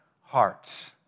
hearts